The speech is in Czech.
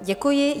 Děkuji.